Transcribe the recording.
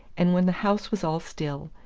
and when the house was all still,